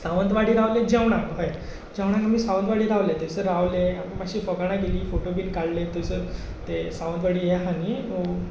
सावंतवाडी रावले जेवणाक हय जेवणाक आमी सावंतवाडी रावले थोंयसर रावले मातशी फकाणां केलीं फोटो बीन काडलें थोंयसर तें सावंतवाडी हें आसा न्ही तळें